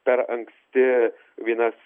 per anksti vienas